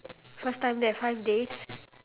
first time there five days